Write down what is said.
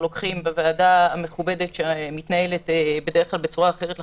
לוקחים בוועדה המכובדת שמתנהלת בדרך כלל בצורה אחרת לחלוטין.